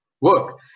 work